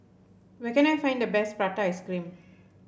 where can I find the best Prata Ice Cream